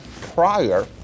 prior